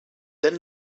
then